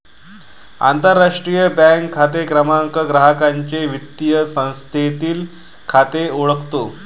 आंतरराष्ट्रीय बँक खाते क्रमांक ग्राहकाचे वित्तीय संस्थेतील खाते ओळखतो